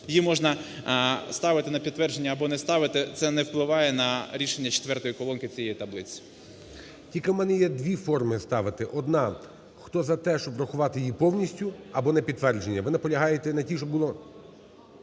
її можна ставити на підтвердження або не ставити, це не впливає на рішення четвертої колонки цієї таблиці. ГОЛОВУЮЧИЙ. Тільки в мене є дві форми ставити: одна – хто за те, щоб врахувати її повністю або на підтвердження. Ви наполягаєте на тій, що було…